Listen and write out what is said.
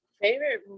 Favorite